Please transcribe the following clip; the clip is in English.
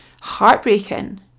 heartbreaking